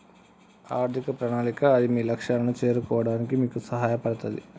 ఆర్థిక ప్రణాళిక అది మీ లక్ష్యాలను చేరుకోవడానికి మీకు సహాయపడతది